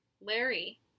Larry